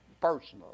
personally